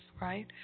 right